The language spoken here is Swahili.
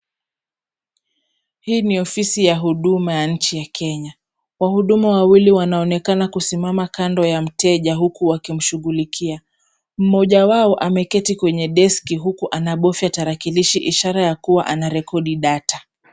Hii ni ofisi ya huduma ya nchi ya Kenya, wahuduma wawili wanaonekana kusimama kando ya mteja huku wakimshughulikia. Mmoja wao ameketi kwenye deski huku anabofya tarakilishi ishara ya kuwa anarekodi data.